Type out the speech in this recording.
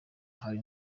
hari